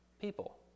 people